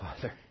Father